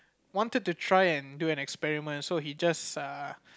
wanted to try and do an experiment so he just err